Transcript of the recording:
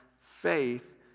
faith